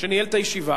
שניהל את הישיבה,